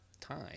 Time